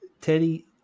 Teddy